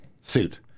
suit